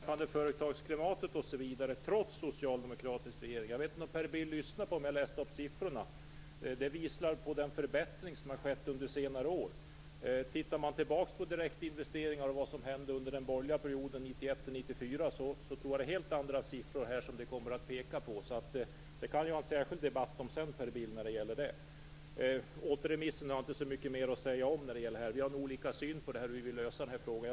Herr talman! Talet om det företagsklimat som råder trots socialdemokratisk regering får mig att undra om Per Bill lyssnade när jag läste upp siffrorna. De visar en förbättring som har skett under senare år. Tittar man tillbaka på direktinvesteringar och det som hände under den borgerliga perioden 1991-1994 tror jag att man finner att det pekar på helt andra siffror. Det kan vi ha en särskild debatt om sedan, Per Bill. Återremissen har jag inte så mycket mer att säga om. Vi har olika syn på hur vi vill lösa det här problemet.